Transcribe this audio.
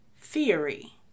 theory